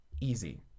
Easy